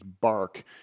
bark